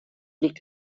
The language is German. liegt